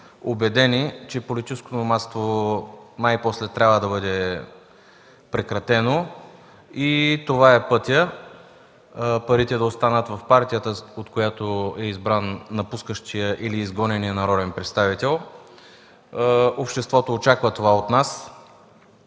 убедени, че политическото номадство най-после трябва да бъде прекратено и това е пътят парите да останат в партията, от която е избран напускащия или изгонен народен представител. Обществото очаква това от нас.